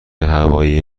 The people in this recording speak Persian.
هوایی